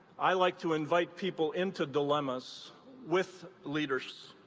i like to invite people into dilemmas with leaders.